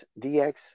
DX